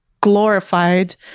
glorified